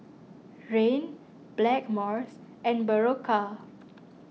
Rene Blackmores and Berocca